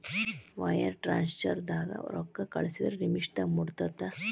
wire ಟ್ರಾನ್ಸ್ಫರ್ದಾಗ ರೊಕ್ಕಾ ಕಳಸಿದ್ರ ನಿಮಿಷದಾಗ ಮುಟ್ಟತ್ತ